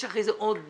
יש אחרי כן עוד מעגל.